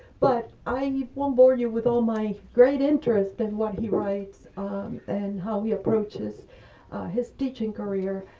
but i won't bore you with all my great interest in what he writes and how he approaches his teaching career.